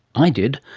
i did.